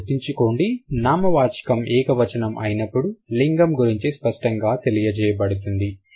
మీరు గుర్తించుకోండి నామవాచకం ఏకవచనం అయినప్పుడు లింగం గురించి స్పష్టంగా తెలియజేయబడుతుంది